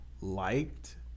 liked